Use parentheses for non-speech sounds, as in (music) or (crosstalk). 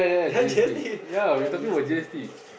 (laughs) ya G_S_T ya G_S_T voucher